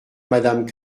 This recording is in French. madame